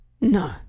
No